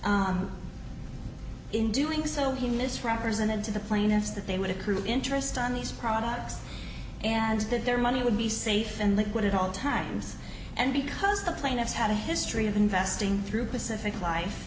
x in doing so he misrepresented to the plaintiff that they would accrue interest on these products and that their money would be safe and liquid at all times and because the plaintiffs had a history of investing through pacific life